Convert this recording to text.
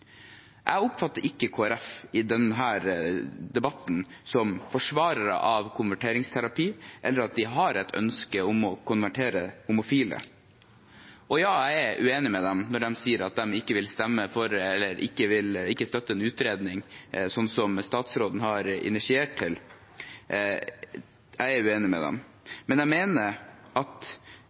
Jeg oppfatter ikke Kristelig Folkeparti i denne debatten som forsvarere av konverteringsterapi, eller at de har et ønske om å konvertere homofile. Ja, jeg er uenig med dem når de sier at de ikke vil støtte en slik utredning som statsråden har initiert. Jeg er uenig med dem. Men jeg mener at